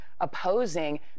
opposing